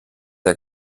der